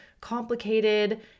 complicated